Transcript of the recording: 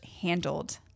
handled